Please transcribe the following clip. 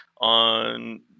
on